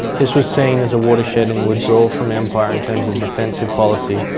this was seen as a watershed in withdrawal from empire in terms of defensive policy.